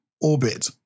orbit